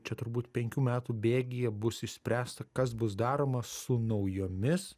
čia turbūt penkių metų bėgyje bus išspręsta kas bus daroma su naujomis